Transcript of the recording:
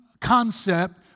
concept